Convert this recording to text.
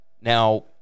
Now